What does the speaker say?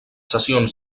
sessions